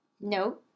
no